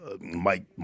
Mike